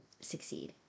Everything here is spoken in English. succeed